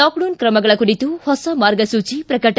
lockdown ಕ್ರಮಗಳ ಕುರಿತು ಹೊಸ ಮಾರ್ಗಸೂಚಿ ಪ್ರಕಟ